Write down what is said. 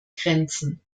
grenzen